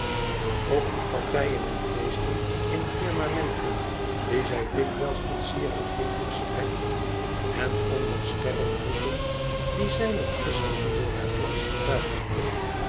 ook op partijen en feesten in firmamenten die zij dikwijls tot sieraad heeft gestrekt en onder sterrengroëpen die zij nog gisteren door haar glans verduisterde